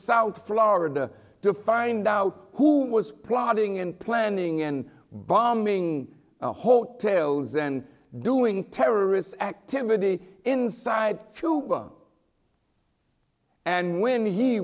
south florida to find out who was plotting and planning in bombing the hotels and doing terrorist activity inside to go and when he